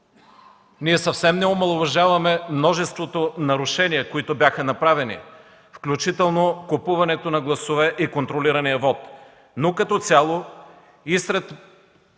Ние съвсем не омаловажаваме множеството нарушения, които бяха направени, включително купуването на гласове и контролирания вот. Но като цяло и сред